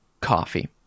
coffee